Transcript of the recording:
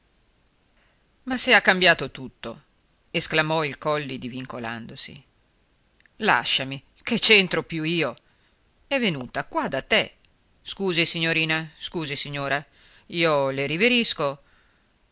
ma se ha cambiato tutto esclamò il colli divincolandosi lasciami che c'entro più io è venuta qua da te scusi signorina scusi signora io le riverisco